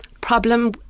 Problem